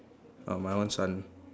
uh my one sun